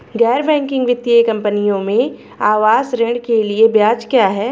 गैर बैंकिंग वित्तीय कंपनियों में आवास ऋण के लिए ब्याज क्या है?